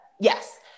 Yes